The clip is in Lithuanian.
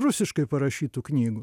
rusiškai parašytų knygų